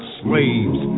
slaves